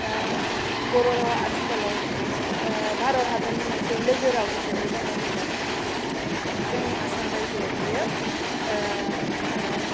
दा बर' रावा आथिखालाव भारत हादरनि मोनसे लोगो राव हिसाबै गनायथि जाबाय जोंनि आसाम राज्योआव बेयो मा होनो